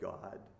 God